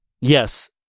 yes